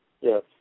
Yes